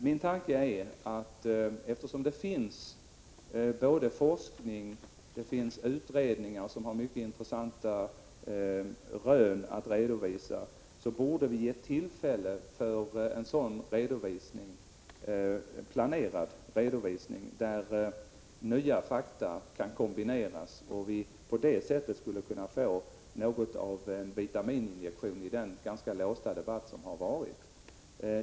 Min tanke är att eftersom det finns forskning och det finns utredningar som har mycket intressanta rön att redovisa, borde vi ge tillfälle för en planerad redovisning, där nya fakta kan kombineras så att vi på det sättet skulle kunna få något av en vitamininjektion i den hittills ganska låsta debatten.